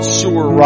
sure